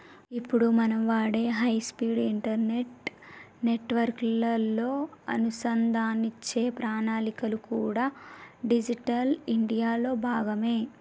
ఇప్పుడు మనం వాడే హై స్పీడ్ ఇంటర్నెట్ నెట్వర్క్ లతో అనుసంధానించే ప్రణాళికలు కూడా డిజిటల్ ఇండియా లో భాగమే